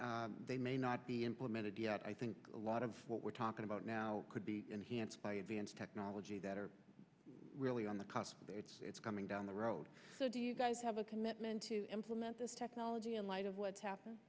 implemented they may not be implemented yet i think a lot of what we're talking about now could be enhanced by advanced technology that are really on the cost but it's coming down the road so do you guys have a commitment to implement this technology in light of what's happen